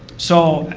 so,